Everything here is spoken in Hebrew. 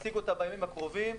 נציג אותה בימים הקרובים,